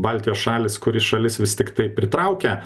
baltijos šalys kuri šalis vis tiktai pritraukia